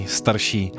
starší